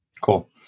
Cool